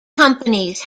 companies